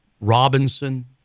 Robinson